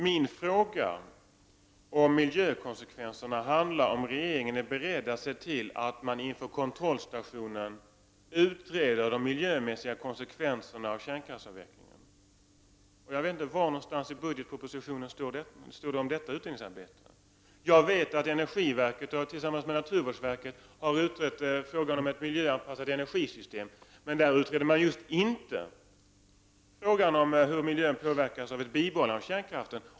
Min fråga om miljökonsekvenserna gäller, om regeringen är beredd att se till att man inför kontrollstationen utreder de miljömässiga konsekvenserna av kärnkraftsavvecklingen. Var någonstans i budgetpropositionen står det någonting om detta utredningsarbete? Jag vet att energiverket tillsammans med naturvårdsverket har utrett frågan om ett miljöanpassat energisystem, men där utreder man inte frågan hur miljön påverkas av ett bibehållande av kärnkraften.